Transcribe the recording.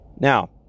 Now